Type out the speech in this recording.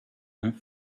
and